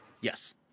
yes